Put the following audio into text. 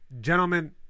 Gentlemen